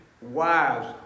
wives